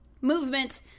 movement